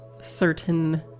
certain